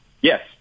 Yes